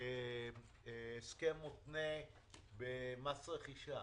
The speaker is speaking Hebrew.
הסכם מותנה במס רכישה.